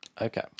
Okay